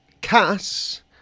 Cass